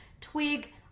Twig